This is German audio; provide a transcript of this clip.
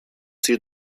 zielt